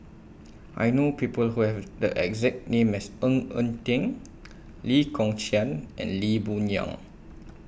I know People Who Have The exact name as Ng Eng Teng Lee Kong Chian and Lee Boon Yang